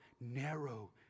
narrow